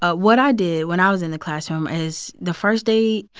ah what i did when i was in the classroom is, the first day,